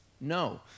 No